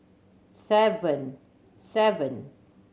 seven seven